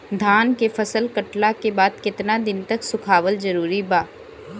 धान के फसल कटला के बाद केतना दिन तक सुखावल जरूरी बा?